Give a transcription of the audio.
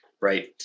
Right